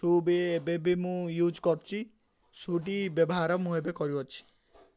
ସୁ' ବି ଏବେବି ମୁଁ ୟୁଜ୍ କରୁଛି ସୁ'ଟି ବ୍ୟବହାର ମୁଁ ଏବେ କରୁଅଛି